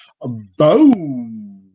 boom